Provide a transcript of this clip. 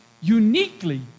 uniquely